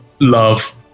love